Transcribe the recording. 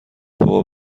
بابا